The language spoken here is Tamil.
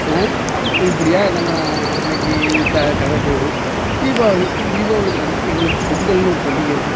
ஆ இப்படியா நம்ம அன்னைக்கு க கதை போயிரும் தீபாவளி தீபாவளிக்கு அடுத்து எங்களுக்கு பொங்கல்னு ஒரு பண்டிகை இருக்கு